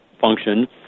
function